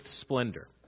splendor